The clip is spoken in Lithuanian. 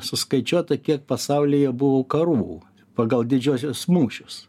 suskaičiuota kiek pasaulyje buvo karų pagal didžiuosius mūšius